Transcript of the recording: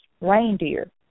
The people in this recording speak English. reindeer